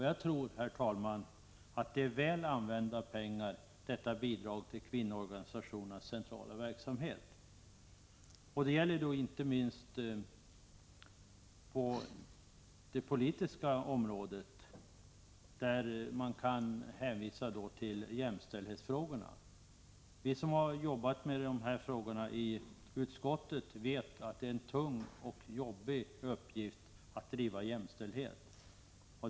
Jag tror, herr talman, att bidraget till kvinnoorganisationernas centrala verksamhet är väl använda pengar. Det gäller inte minst i politiskt avseende, där man kan hänvisa till jämställdhetsfrågorna. Vi som i utskottet har jobbat med de frågorna vet att det är en tung och svår uppgift att driva jämställdhet.